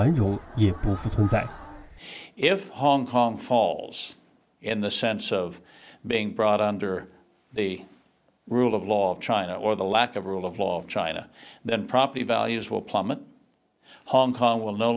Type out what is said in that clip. so that if hong kong falls in the sense of being brought under the rule of law of china or the lack of rule of law of china then property values will plummet hong kong will no